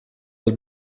del